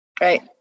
Right